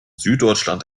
süddeutschland